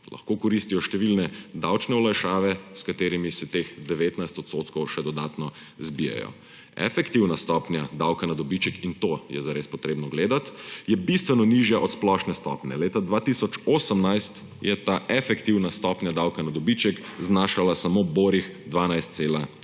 Lahko koristijo številne davčne olajšave, s katerimi si teh 19 % še dodatno zbijejo. Efektivna stopnja davka na dobiček – in to je zares treba gledati – je bistveno nižja od splošne stopnje. Leta 2018 je ta efektivna stopnja davka na dobiček znašala samo ubornih 12,9 %.